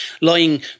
lying